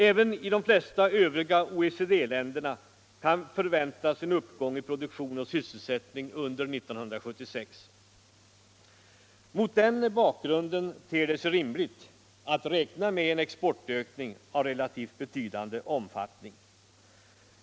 Även i de flesta övriga OECD-länderna kan förväntas en uppgång i produktion och sysselsättning under 1976. Mot den bakgrunden ter det sig rimligt att räkna med en exportökning av relativt betydande omfattning.